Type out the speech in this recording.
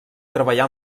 treballar